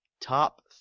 Top